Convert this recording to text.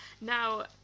Now